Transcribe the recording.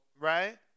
right